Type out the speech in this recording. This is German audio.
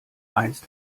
einst